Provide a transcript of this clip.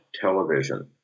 television